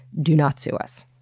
do not sue us.